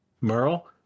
Merle